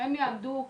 שהם יעמדו בחזית.